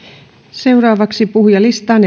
seuraavaksi puhujalistaan